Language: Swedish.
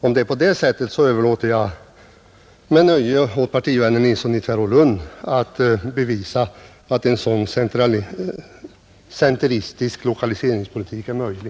Om det är på det sättet så överlåter jag med nöje åt partivännen Nilsson i Tvärålund att bevisa att en sådan centeristisk lokaliseringspolitik är möjlig.